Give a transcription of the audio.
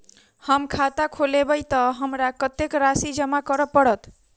हम खाता खोलेबै तऽ हमरा कत्तेक राशि जमा करऽ पड़त?